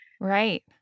right